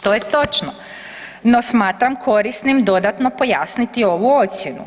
To je točno, no smatram korisnim dodatno pojasniti ovu ocjenu.